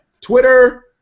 Twitter